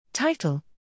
Title